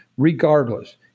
Regardless